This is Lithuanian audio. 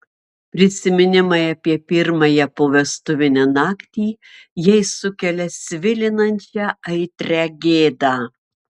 prisiminimai apie pirmąją povestuvinę naktį jai sukelia svilinančią aitrią gėdą